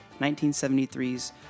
1973's